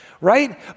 right